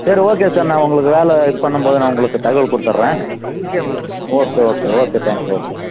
சரி okay sir நான் உங்களுக்கு வேலை இது பண்ணும்போது நான் உங்களுக்கு தகவல் கொடுத்துட்றன் okay okay okay thank you okay